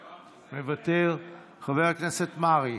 מוותר, חבר הכנסת מרעי,